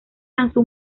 lanzó